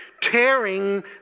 tearing